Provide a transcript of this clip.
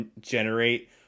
generate